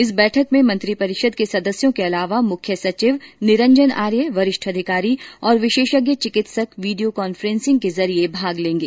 इस बैठक में मंत्रिपरिषद के सदस्यों के अलावा मुख्य सचिव निरंजन आर्य वरिष्ठ अधिकारी और विशेषज्ञ चिकित्सक वीडियो कॉन्फ्रेन्सिंग के जरिये भाग लेंगे